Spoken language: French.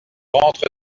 rentre